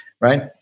right